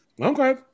Okay